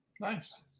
Nice